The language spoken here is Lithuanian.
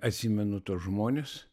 atsimenu tuos žmones